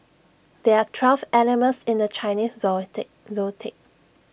there are twelve animals in the Chinese Zodiac zodiac